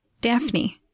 Daphne